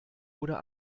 oder